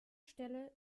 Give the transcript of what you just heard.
stelle